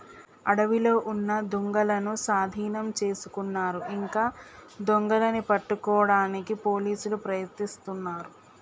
అడవిలో ఉన్న దుంగలనూ సాధీనం చేసుకున్నారు ఇంకా దొంగలని పట్టుకోడానికి పోలీసులు ప్రయత్నిస్తున్నారు